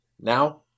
Now